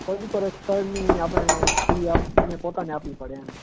કોઈ બી પર્ય સ્થળની આપણે ફી આમ અમને પોતાને આપવી પડે એમ